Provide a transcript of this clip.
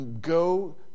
go